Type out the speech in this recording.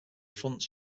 fronts